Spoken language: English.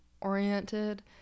oriented